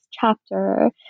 chapter